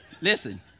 Listen